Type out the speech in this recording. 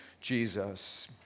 Jesus